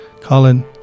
Colin